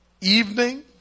evening